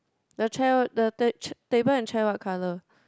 the chair the ta~ table and chair what colour